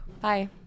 Bye